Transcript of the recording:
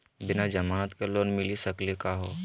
बिना जमानत के लोन मिली सकली का हो?